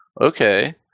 Okay